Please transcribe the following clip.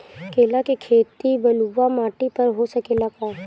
केला के खेती बलुआ माटी पर हो सकेला का?